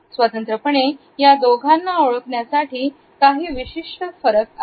स्वतंत्रपणे या दोघांना ओळखण्यासाठी काही विशिष्ट फरक आहेत